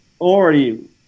already